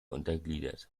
untergliedert